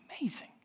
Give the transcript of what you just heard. amazing